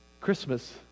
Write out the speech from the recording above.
Christmas